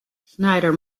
schneider